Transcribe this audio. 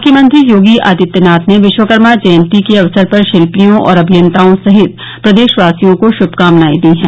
मुख्यमंत्री योगी आदित्यनाथ ने विश्वकर्मा जयन्ती के अवसर पर शिल्पियों और अभियंताओं सहित प्रदेशवासियों को श्मकामनाएं दी है